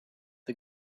the